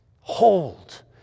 Hold